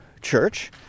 church